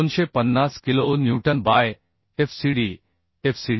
250 kilo newton by Fcd Fcd